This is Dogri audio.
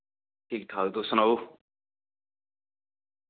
ठीक ठाक तुस सनाओ